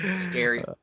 Scary